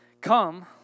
Come